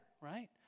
right